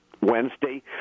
Wednesday